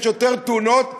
יש יותר תאונות,